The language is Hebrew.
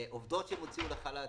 עובדות שהם הוציאו לחל"ת,